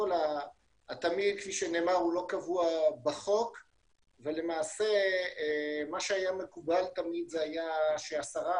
התמהיל כפי שנאמר לא קבוע בחוק ולמעשה מה שהיה מקובל תמיד ש-10%